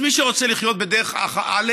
אז מי שרוצה לחיות בדרך א',